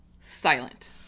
silent